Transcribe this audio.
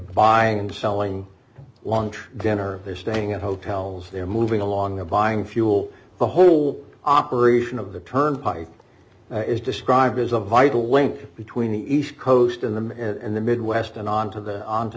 buying and selling long dinner they're staying at hotels they're moving along a buying fuel the whole operation of the turnpike is described as a vital link between the east coast in the in the midwest and on to the on to